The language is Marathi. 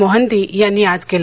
मोहंती यांनी आज केलं